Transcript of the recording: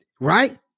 right